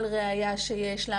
כל ראיה שיש לה,